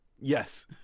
Yes